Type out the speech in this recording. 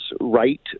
right